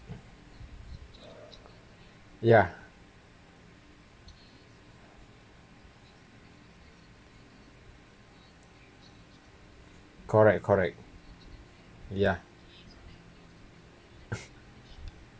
ya correct correct ya